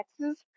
Texas